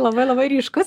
labai labai ryškus